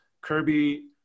Kirby